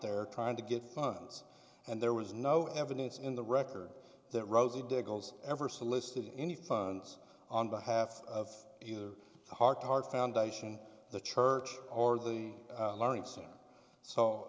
there trying to get funds and there was no evidence in the record that rosie diggles ever solicited any funds on behalf of either the heart heart foundation the church or the learning center